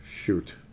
Shoot